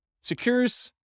secures